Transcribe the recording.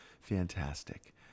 fantastic